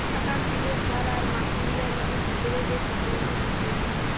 টাকার সুদের হার আর মাচুয়ারিটির ভিতরে যে সম্বন্ধ থাকি